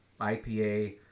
ipa